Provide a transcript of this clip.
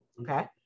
okay